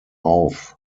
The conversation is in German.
auf